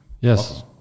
Yes